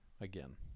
Again